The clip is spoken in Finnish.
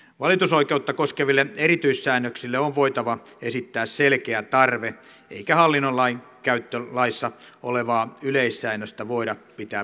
valitusoikeutta koskeville erityissäännöksille on voitava esittää selkeä tarve eikä hallintolainkäyttölaissa olevaa yleissäännöstä voida pitää perusteltuna